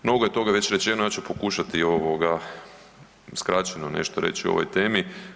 Mnogo je toga već rečeno, ja ću pokušati ovoga skraćeno nešto reći o ovoj temi.